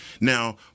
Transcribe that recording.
Now